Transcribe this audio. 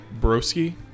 Broski